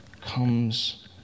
Comes